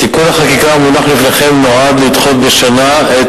תיקון החקיקה המונח לפניכם נועד לדחות בשנה את